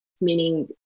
meaning